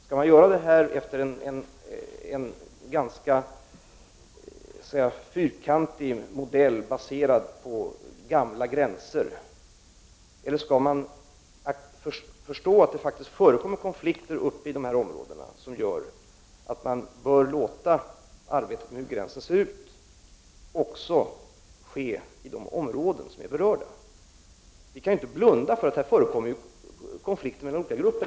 Skall man göra det här efter en ganska fyrkantig modell baserad på gamla gränser, eller skall vi ta hänsyn till att det faktiskt förekommer konflikter uppe i dessa områden som gör att vi bör låta arbetet med att utreda hur gränsen ser ut också sker i de områden som är berörda? Vi kan inte blunda för att det här förekommer konflikter inom olika grupper.